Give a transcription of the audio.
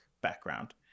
background